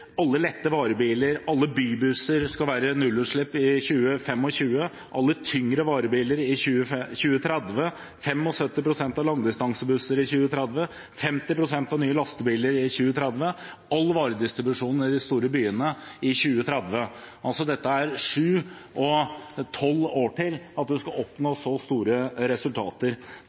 Alle tyngre varebiler skal ha det i 2030. 75 pst. av langdistansebussene skal ha det i 2030. 50 pst. av nye lastebiler skal ha det i 2030. Og all varedistribusjon i de store byene skal ha det i 2030. Det er altså sju og tolv år til at man skal oppnå så store resultater.